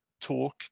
talk